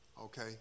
Okay